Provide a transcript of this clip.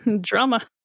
Drama